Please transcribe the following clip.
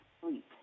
Sleep